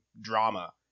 drama